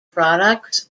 products